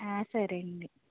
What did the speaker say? ఆ సరేనండి